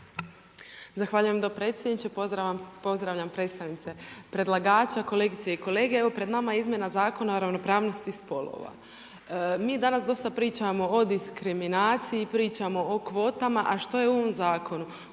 Zahvaljujem dopredsjedniče. Pozdravljam predstavnice predlagača, kolegice i kolege. Evo pred nama je izmjena Zakona o ravnopravnosti spolova. Mi danas dosta pričamo o diskriminaciji, pričamo o kvotama, a što je u ovom zakonu?